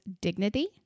dignity